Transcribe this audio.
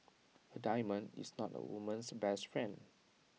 A diamond is not A woman's best friend